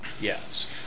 yes